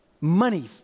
money